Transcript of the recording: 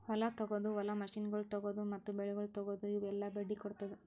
ಹೊಲ ತೊಗೊದು, ಹೊಲದ ಮಷೀನಗೊಳ್ ತೊಗೊದು, ಮತ್ತ ಬೆಳಿಗೊಳ್ ತೊಗೊದು, ಇವುಕ್ ಎಲ್ಲಾ ಬಡ್ಡಿ ಕೊಡ್ತುದ್